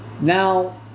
Now